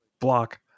block